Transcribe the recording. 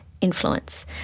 influence